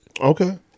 Okay